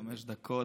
חמש דקות.